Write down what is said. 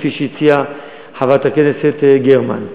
כפי שהציעה חברת הכנסת גרמן,